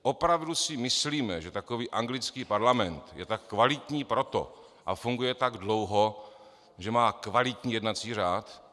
Opravdu si myslíme, že takový anglický parlament je tak kvalitní proto a funguje tak dlouho, že má kvalitní jednací řád?